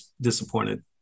disappointed